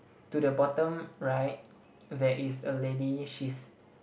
to the bottom right there is a lady she's